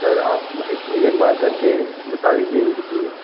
sir आप एक एक बार करके बता दीजिए इनकी कीमत